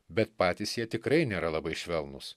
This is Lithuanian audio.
bet patys jie tikrai nėra labai švelnūs